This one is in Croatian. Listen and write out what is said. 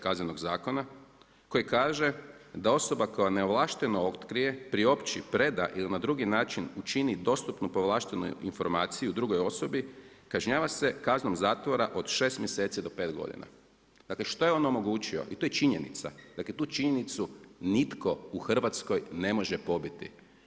Kaznenog zakona, koji kaže da osoba koja neovlašteno otkrije, priopći, preda ili na drugi način učini dostupnu povlaštenu informaciju drugoj osobi, kažnjava se kazanom zatvora od 6 mj. do 5 g. Dakle, što je on onemogućio i to je činjenica, dakle, tu činjenicu nitko u Hrvatskoj ne može pobiti.